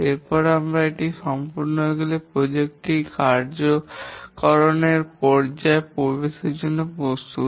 এবং এরপরে এটি সম্পূর্ণ হয়ে গেলে প্রকল্প টি কার্যকরকরণের পর্যায়ে প্রবেশের জন্য প্রস্তুত